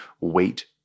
wait